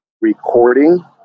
recording